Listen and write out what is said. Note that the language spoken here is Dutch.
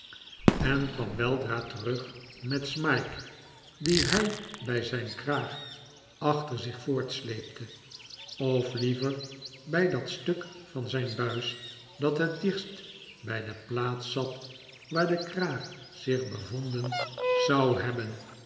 en kwam weldra terug met smike dien hij bij zijn kraag achter zich voortsleepte of liever bij dat stuk van zijn buis dat het dichtst bij de plaats zat waar de kraag zich bevonden zou hebben